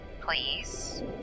please